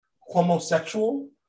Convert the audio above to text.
homosexual